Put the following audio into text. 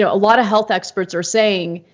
a lot of health experts are saying,